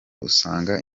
usanga